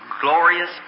glorious